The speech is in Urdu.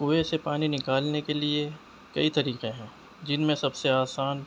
کنویں سے پانی نکالنے کے لیے کئی طریقے ہیں جن میں سب سے آسان